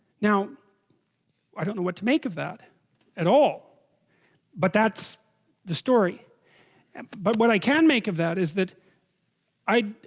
now i don't know what to make of that at all but that's the story and but what i can make of that is that i?